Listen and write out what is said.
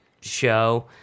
show